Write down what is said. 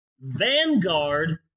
Vanguard